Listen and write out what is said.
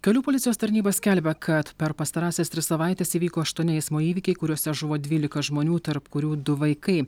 kelių policijos tarnyba skelbia kad per pastarąsias tris savaites įvyko aštuoni eismo įvykiai kuriuose žuvo dvylika žmonių tarp kurių du vaikai